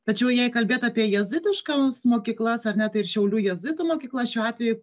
tačiau jei kalbėt apie jėzuitiškoms mokyklas ar ne tai ir šiaulių jėzuitų mokykla šiuo atveju